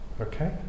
Okay